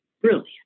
Brilliant